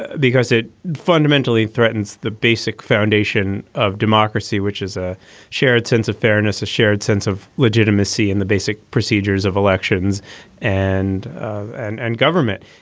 ah because it fundamentally threatens the basic foundation of democracy, which is a shared sense of fairness, a shared sense of legitimacy and the basic procedures of elections and and and government.